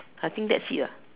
I think that's here